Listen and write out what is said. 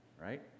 right